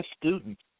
students